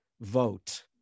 vote